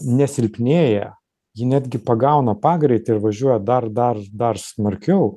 nesilpnėja ji netgi pagauna pagreitį ir važiuoja dar dar dar smarkiau